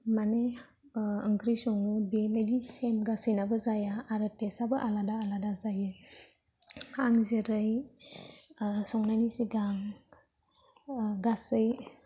माने ओंख्रि सङो बेबायदि सेम गासिनाबो जाया आरो टेस्टाबो आलादा आलादा जायो आं जोरै संनायनि सिगां गासै